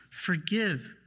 Forgive